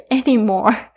anymore